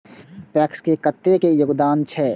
PACS के कतेक योगदान छै?